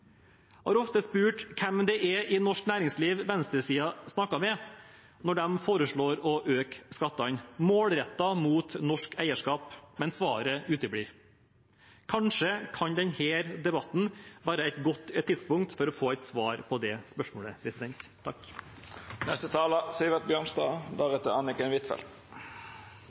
har ofte spurt hvem det er i norsk næringsliv venstresiden snakker med når de foreslår å øke skattene målrettet mot norsk eierskap, men svaret uteblir. Kanskje kan denne debatten være et godt tidspunkt for å få et svar på det spørsmålet.